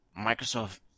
Microsoft